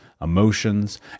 emotions